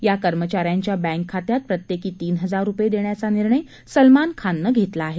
या कर्मचाऱ्यांच्या बँक खात्यात प्रत्येकी तीन हजार रुपये देण्याचा निर्णय सलमान खाननं घेतला आहे